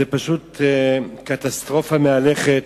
זאת פשוט קטסטרופה מהלכת.